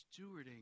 stewarding